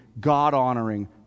God-honoring